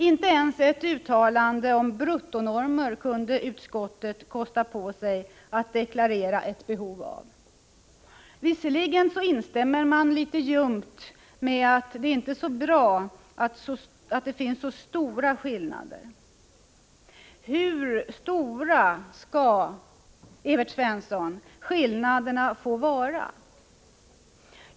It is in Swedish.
Inte ens ett uttalande om behovet av bruttonormer kan utskottet kosta på sig att göra, även om man instämmer litet ljumt i att det inte är så bra att det finns så stora skillnader. Evert Svensson, hur stora skall skillnaderna få vara?